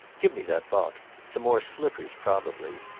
give me that box. some more slippers, probably!